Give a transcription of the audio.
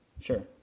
Sure